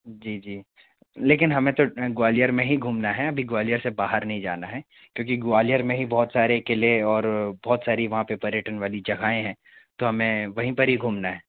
जी जी लेकिन हमें तो ग्वालियर में ही घूमना है अभी ग्वालियर से बाहर नहीं जाना है क्योंकि ग्वालियर में ही बहुत सारे क़िले और बहुत सारी वहाँ पे पर्यटन वाली जगह हैं तो हमें वहीं पर ही घूमना है